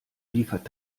liefert